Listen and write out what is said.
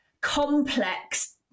complex